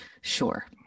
Sure